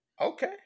Okay